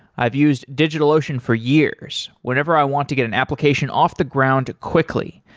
i've used digitalocean for years whenever i want to get an application off the ground quickly,